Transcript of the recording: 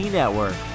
network